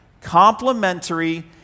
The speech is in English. complementary